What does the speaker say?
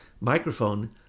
microphone